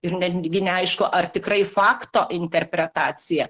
ir netgi neaišku ar tikrai fakto interpretacija